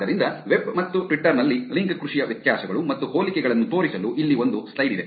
ಆದ್ದರಿಂದ ವೆಬ್ ಮತ್ತು ಟ್ವಿಟರ್ ನಲ್ಲಿ ಲಿಂಕ್ ಕೃಷಿಯ ವ್ಯತ್ಯಾಸಗಳು ಮತ್ತು ಹೋಲಿಕೆಗಳನ್ನು ತೋರಿಸಲು ಇಲ್ಲಿ ಒಂದು ಸ್ಲೈಡ್ ಇದೆ